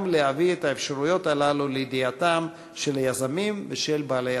להביא את האפשרויות הללו לידיעתם של היזמים ושל בעלי עסקים.